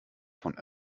von